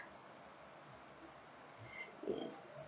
yes